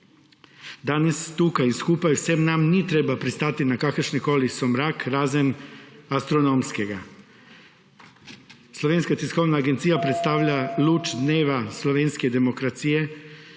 Danes tukaj skupaj vsem nam ni treba pristati na kakršnikoli somrak razen astronomskega. STA predstavlja luč dneva slovenske demokracije,